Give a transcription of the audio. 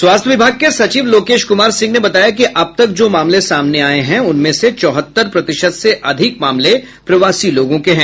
स्वास्थ्य विभाग के सचिव लोकेश कुमार सिंह ने बताया कि अब तक जो मामले सामने आये हैं उनमें से चौहत्तर प्रतिशत से अधिक मामले प्रवासी लोगों के हैं